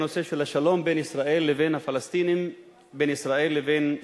בנושא של השלום בין ישראל לבין הפלסטינים,